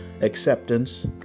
acceptance